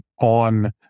on